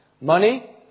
Money